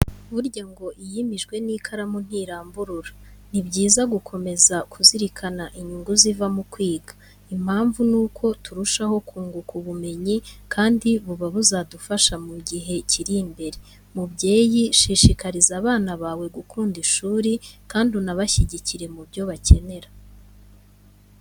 Burya ngo iyimijwe n'ikaramu ntiramburura! Ni byiza gukomeza kuzirikana inyungu ziva mu kwiga. Impamvu ni uko turushaho kunguka ubumenyi kandi buba buzadufasha mu igihe kiri imbere. Mubyeyi, shishikariza abana bawe gukunda ishuri kandi unabashyigikire mu byo bakenera.